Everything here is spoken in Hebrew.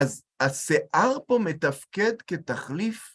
‫אז השיער פה מתפקד כתחליף...